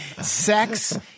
Sex